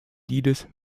liedes